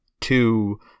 two